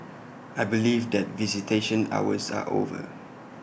I believe that visitation hours are over